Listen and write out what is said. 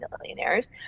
millionaires